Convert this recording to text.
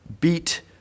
beat